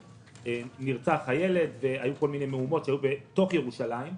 נרצח ילד והיו כל מיני מהומות בתוך ירושלים.